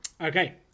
Okay